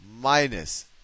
minus